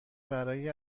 برای